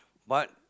but